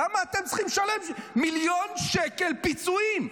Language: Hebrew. למה אתם צריכים לשלם מיליון שקל פיצויים?